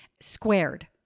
squared